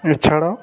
এছাড়া